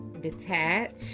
detach